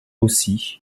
aussi